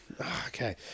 Okay